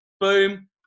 boom